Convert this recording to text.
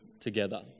together